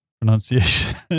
pronunciation